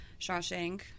Shawshank